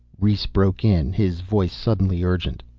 rhes broke in, his voice suddenly urgent.